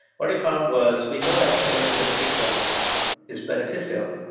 what he found was we know that caloric restriction is beneficial,